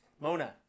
Mona